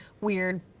weird